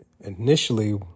initially